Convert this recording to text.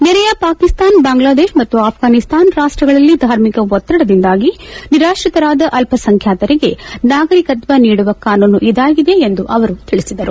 ನೆರೆಯ ಪಾಕಿಸ್ತಾನ ಬಾಂಗ್ಲಾದೇಶ ಮತ್ತು ಆಫ್ಲನಿಸ್ತಾನ ರಾಷ್ಟಗಳಲ್ಲಿ ಧಾರ್ಮಿಕ ಒತ್ತಡದಿಂದಾಗಿ ನಿರಾತ್ರಿತರಾದ ಅಲ್ಪಸಂಖ್ಯಾತರಿಗೆ ನಾಗರಿಕತ್ವ ನೀಡುವ ಕಾನೂನು ಇದಾಗಿದೆ ಎಂದು ಅವರು ತಿಳಿಸಿದರು